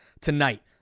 tonight